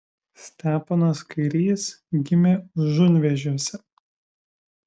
steponas kairys gimė užunvėžiuose